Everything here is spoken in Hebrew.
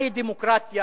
מהי דמוקרטיה,